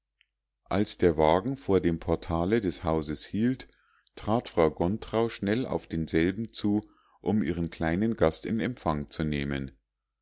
als der wagen vor dem portale des hauses hielt trat frau gontrau schnell auf denselben zu um ihren kleinen gast in empfang zu nehmen